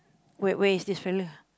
where where is this fella